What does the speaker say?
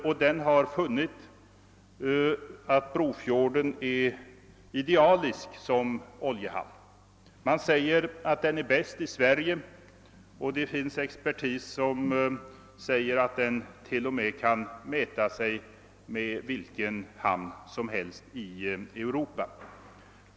Därvid har man funnit att Brofjorden är idealisk såsom oljehamn. Man säger att den är bäst i Sverige, och det finns expertis som påstår att platsen kan mäta sig med vilken hamn som helst i Europa.